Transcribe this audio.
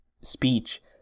speech